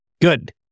good